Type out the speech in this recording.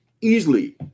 easily